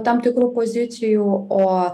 tam tikrų pozicijų o